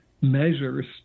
measures